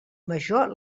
major